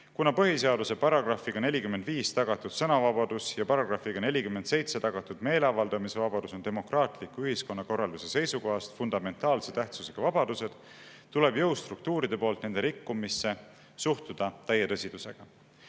Kuna põhiseaduse §‑ga 45 tagatud sõnavabadus ja §‑ga 47 tagatud meeleavaldamise vabadus on demokraatliku ühiskonnakorralduse seisukohast fundamentaalse tähtsusega vabadused, tuleb jõustruktuuride poolt nende rikkumisse suhtuda täie tõsidusega.